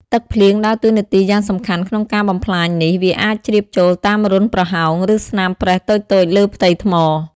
ទឹកភ្លៀងដើរតួនាទីយ៉ាងសំខាន់ក្នុងការបំផ្លាញនេះ វាអាចជ្រាបចូលតាមរន្ធប្រហោង ឬស្នាមប្រេះតូចៗលើផ្ទៃថ្ម។